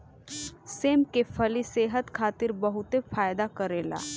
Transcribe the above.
सेम के फली सेहत खातिर बहुते फायदा करेला